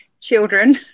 children